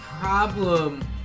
problem